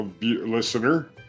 listener